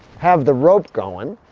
have the pope going.